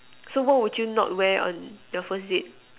so what would you not wear on your first date